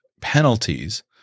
penalties